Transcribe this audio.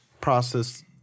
process